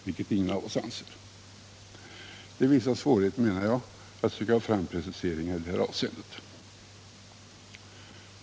Det finns alltså vissa svårigheter med att försöka få fram en precisering i det här avseendet.